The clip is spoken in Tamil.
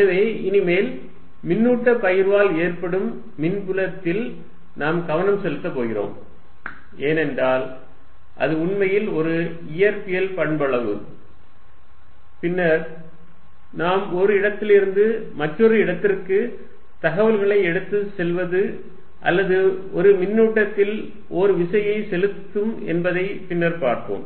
எனவே இனிமேல் மின்னூட்ட பகிர்வால் ஏற்படும் மின்புலத்தில் நாம் கவனம் செலுத்தப் போகிறோம் ஏனென்றால் அது உண்மையில் ஒரு இயற்பியல் பண்பளவு பின்னர் நாம் ஒரு இடத்திலிருந்து இன்னொரு இடத்திற்கு தகவல்களை எடுத்துச் செல்வது அல்லது இது மின்னூட்டத்தில் ஓர் விசையை செலுத்தும் என்பதை பின்னர் பார்ப்போம்